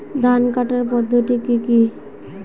ধান কাটার পদ্ধতি কি কি?